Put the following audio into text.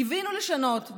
קיווינו לשנות,